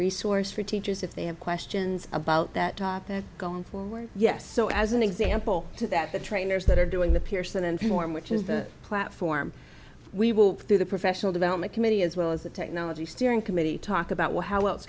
resource for teachers if they have questions about that going forward yes so as an example to that the trainers that are doing the pearson inform which is the platform we will do the professional development committee as well as the technology steering committee talk about well how else